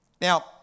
Now